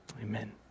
Amen